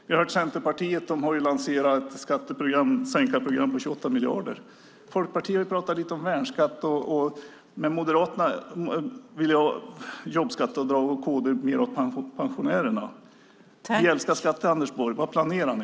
Vi har hört Centerpartiet lansera ett skattesänkarprogram på 28 miljarder. Folkpartiet pratar lite om värnskatt. Moderaterna vill ha jobbskatteavdrag och kd vill ge mer åt pensionärerna. Vad planerar ni?